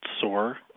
sore